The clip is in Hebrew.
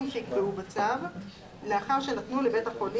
ניתן לך תשובות לכל מה ששאלת,